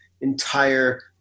entire